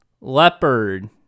Leopard